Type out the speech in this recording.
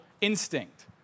instinct